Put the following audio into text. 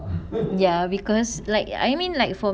ya because like I mean like for